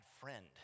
friend